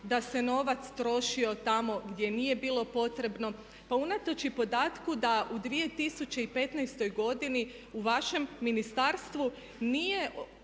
da se novac trošio tamo gdje nije bilo potrebno. Pa unatoč i podatku da i u 2015.godini u vašem ministarstvu nije